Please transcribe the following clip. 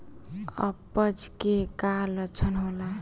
अपच के का लक्षण होला?